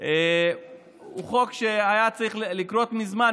הוא חוק שהיה צריך לקרות מזמן.